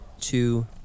two